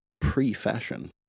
pre-fashion